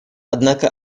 однако